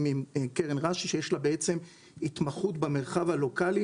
עם קרן רש"י שיש לה בעצם התמחות במרחב הלוקלי.